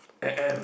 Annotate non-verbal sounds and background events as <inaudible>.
<coughs>